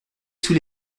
sous